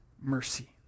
mercy